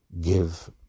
give